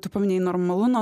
tu paminėjai normalu na